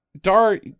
dar